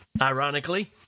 ironically